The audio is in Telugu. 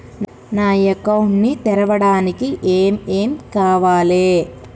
నా అకౌంట్ ని తెరవడానికి ఏం ఏం కావాలే?